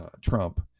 Trump